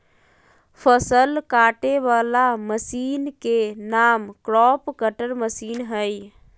फसल काटे वला मशीन के नाम क्रॉप कटर मशीन हइ